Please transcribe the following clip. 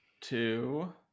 Two